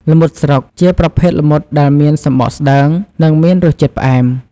ល្មុតស្រុក ជាប្រភេទល្មុតដែលមានសំបកស្តើង និងមានរសជាតិផ្អែម។